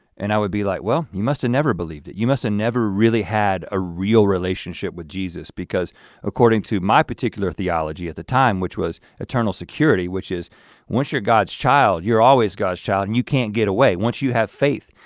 and i would be like well, you must have never believed it, you must have never really had a real relationship with jesus because according to my particular theology at the time, which was eternal security which is once you're god's child, you're always god's child and you can't get away. once you have faith,